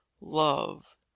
love